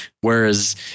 whereas